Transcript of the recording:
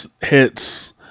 hits